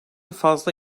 fazla